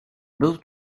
był